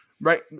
right